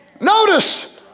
Notice